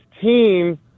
team